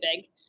big